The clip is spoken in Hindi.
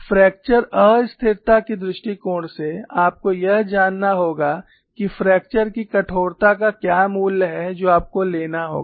फ्रैक्चर अस्थिरता के दृष्टिकोण से आपको यह जानना होगा कि फ्रैक्चर की कठोरता का क्या मूल्य है जो आपको लेना होगा